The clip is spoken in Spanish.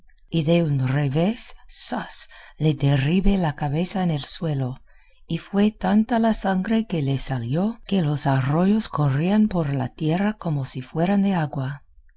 y de un revés zas le derribé la cabeza en el suelo y fue tanta la sangre que le salió que los arroyos corrían por la tierra como si fueran de agua